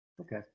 Okay